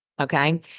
okay